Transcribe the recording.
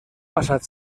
passat